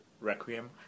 Requiem